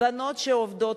הבנות שעובדות,